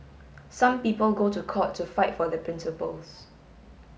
some people go to court to fight for their principles